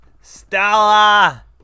Stella